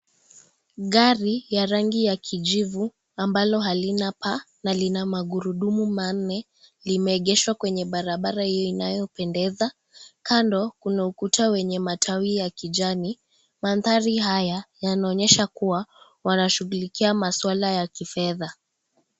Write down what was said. Gari ya rangi ya kijivu ambalo halina paa na lina magurudumu manne limeegeshwa kwenye barabara inayopendeza, kando kuna ukuta wenye matawi ya kijajni, mandhari haya yanaonyesha kuwa wanashughulikia maswala ya kifedha.